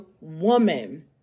woman